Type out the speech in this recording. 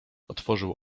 otworzył